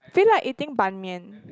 feel like eating Ban-Mian